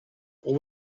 pour